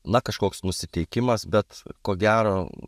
na kažkoks nusiteikimas bet ko gero